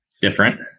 Different